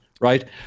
right